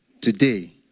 today